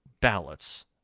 ballots